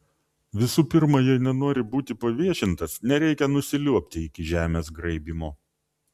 visų pirma jei nenori būti paviešintas nereikia nusiliuobti iki žemės graibymo